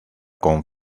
con